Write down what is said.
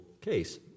case